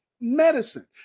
Medicine